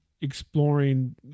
exploring